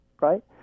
Right